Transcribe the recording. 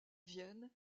vienne